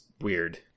weird